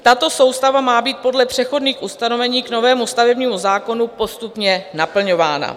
Tato soustava má být podle přechodných ustanovení k novému stavebnímu zákonu postupně naplňována.